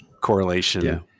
correlation